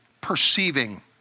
perceiving